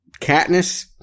Katniss